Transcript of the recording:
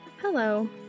Hello